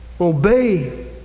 obey